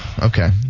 Okay